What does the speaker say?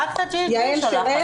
יעל שרר?